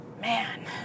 man